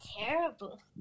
terrible